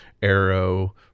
Arrow